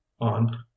on